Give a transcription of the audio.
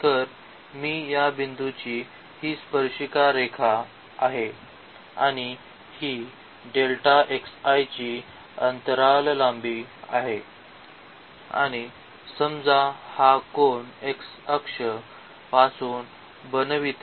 तर मी या बिंदूची ही स्पर्शिका रेखा आहे आणि ही येथे ची अंतराल लांबी आहे आणि समजा हा कोन x अक्ष पासून बनविते